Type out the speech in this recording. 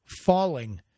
falling